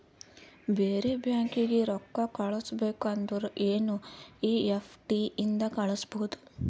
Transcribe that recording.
ಬೇರೆ ಬ್ಯಾಂಕೀಗಿ ರೊಕ್ಕಾ ಕಳಸ್ಬೇಕ್ ಅಂದುರ್ ಎನ್ ಈ ಎಫ್ ಟಿ ಇಂದ ಕಳುಸ್ಬೋದು